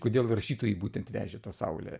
kodėl rašytojai būtent vežė tą saulę